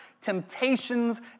temptations